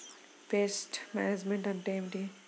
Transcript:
Pest management అంటే ఏమిటి?